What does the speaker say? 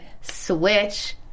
switch